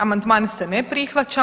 Amandman se ne prihvaća.